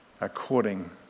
according